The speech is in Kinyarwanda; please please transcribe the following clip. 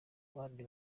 abandi